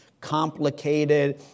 complicated